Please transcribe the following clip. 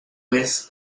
vez